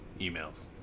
emails